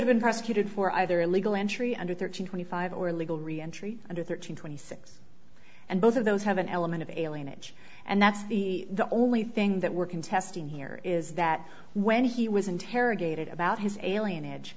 have been prosecuted for either illegal entry under thirty twenty five or legal reentry under thirteen twenty six and both of those have an element of alien it and that's the the only thing that we're contesting here is that when he was interrogated about his alien edge